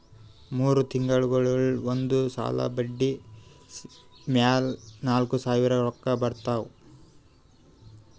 ಮೂರ್ ತಿಂಗುಳಿಗ್ ಒಂದ್ ಸಲಾ ಬಡ್ಡಿ ಮ್ಯಾಲ ನಾಕ್ ಸಾವಿರ್ ರೊಕ್ಕಾ ಬರ್ತಾವ್